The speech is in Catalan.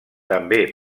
també